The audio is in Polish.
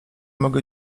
mogę